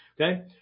Okay